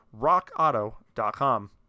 rockauto.com